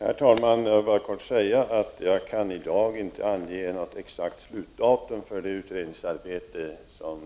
Herr talman! Jag vill bara kort säga att jag i dag inte kan ange något exakt slutdatum för det utredningsarbete som